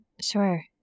Sure